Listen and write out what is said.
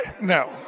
No